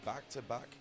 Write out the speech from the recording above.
back-to-back